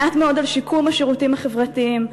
מעט מאוד על שיקום השירותים החברתיים,